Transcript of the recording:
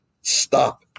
stop